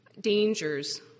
dangers